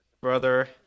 brother